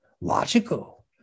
logical